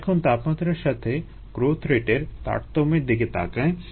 আমরা এখন তাপমাত্রার সাথে গ্রোথ রেটের তারতম্যের দিকে তাকাই